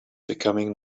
becoming